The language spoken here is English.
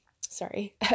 sorry